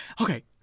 Okay